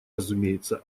разумеется